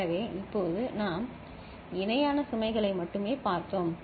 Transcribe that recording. எனவே இப்போது நாம் இணையான சுமைகளை மட்டுமே பார்த்தோம்